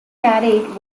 carried